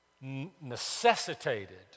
necessitated